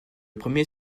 premier